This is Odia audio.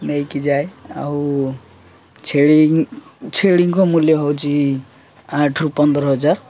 ନେଇକି ଯାଏ ଆଉ ଛେଳି ଛେଳିଙ୍କ ମୂଲ୍ୟ ହେଉଛି ଆଠରୁ ପନ୍ଦର ହଜାର